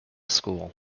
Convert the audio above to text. school